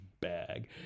bag